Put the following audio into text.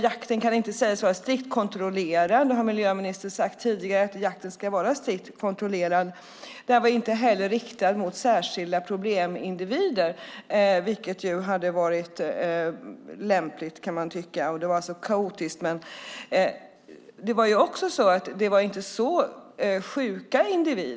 Jakten kan inte sägas ha varit strikt kontrollerad, vilket miljöministern tidigare har sagt att den ska vara. Den var inte heller riktad mot särskilda problemindivider, vilket hade varit lämpligt. Jakten var kaotisk. Det var inte heller särskilt sjuka individer som sköts.